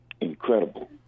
incredible